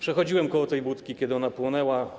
Przechodziłem koło tej budki, kiedy ona płonęła.